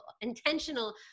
intentional